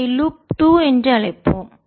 இதை லூப் 2 என்று அழைப்போம்